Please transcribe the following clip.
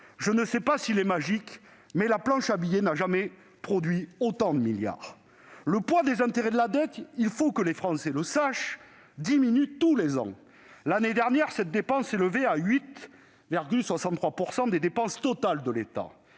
Je ne sais pas si l'argent est magique, mais la planche à billets n'a jamais produit autant de milliards ! Le poids des intérêts de la dette, il faut que les Français le sachent, diminue tous les ans. L'année dernière, cette dépense s'élevait à 8,63 % des dépenses totales de l'État.